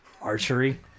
Archery